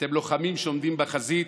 אתם לוחמים שעומדים בחזית,